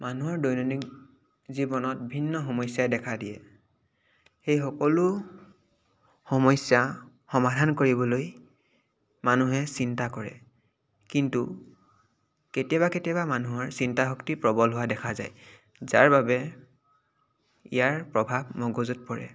মানুহৰ দৈনন্দিন জীৱনত ভিন্ন সমস্যাই দেখা দিয়ে সেই সকলো সমস্যা সমাধান কৰিবলৈ মানুহে চিন্তা কৰে কিন্তু কেতিয়াবা কেতিয়াবা মানুহৰ চিন্তা শক্তি প্ৰবল হোৱা দেখা যায় যাৰ বাবে ইয়াৰ প্ৰভাৱ মগজুত পৰে